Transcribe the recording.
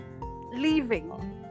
leaving